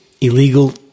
illegal